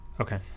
Okay